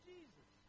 Jesus